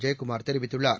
ஜெயக்குமார் தெரிவித்துள்ளார்